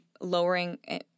lowering